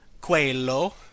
quello